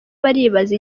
baribaza